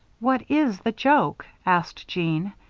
what is the joke? asked jeanne.